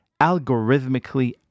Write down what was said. algorithmically